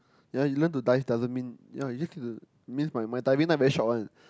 ya you learn to dive doesn't mean ya you just need to means my my diving time very short one